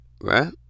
Right